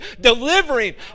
delivering